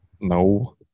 No